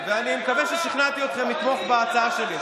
ופה,